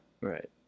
Right